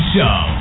Show